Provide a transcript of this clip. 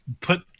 put